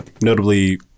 notably